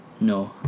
No